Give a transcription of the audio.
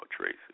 Tracy